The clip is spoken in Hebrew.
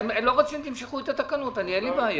אם אתם לא רוצים, תמשכו את התקנות, אין לי בעיה.